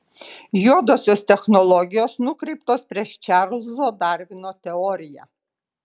juodosios technologijos nukreiptos prieš čarlzo darvino teoriją